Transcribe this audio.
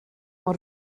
mor